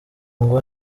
ngo